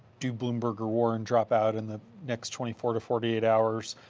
to bloomberg or warren drop out in the next twenty four to forty eight hours.